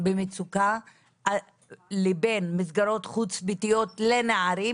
במצוקה לבין מסגרות חוץ-ביתיות לנערים